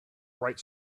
bright